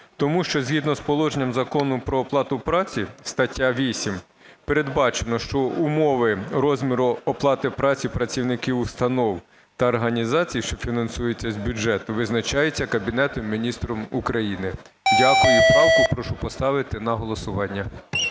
Тому що згідно з положенням Закону "Про оплату праці", стаття 8, передбачено, що умови розміру оплати працівників установ та організацій, що фінансуються з бюджету, визначаються Кабінетом Міністрів України. Дякую, і правку прошу поставити на голосування.